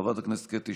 חבר הכנסת משה אבוטבול,